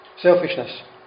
Selfishness